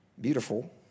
beautiful